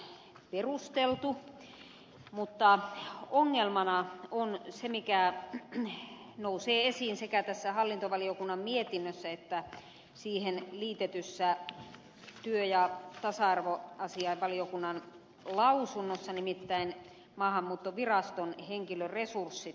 tämä esitys on perusteltu mutta ongelmana on se mikä nousee esiin sekä tässä hallintovaliokunnan mietinnössä että siihen liitetyssä työ ja tasa arvoasiainvaliokunnan lausunnossa nimittäin maahanmuuttoviraston henkilöresurssit